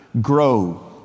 grow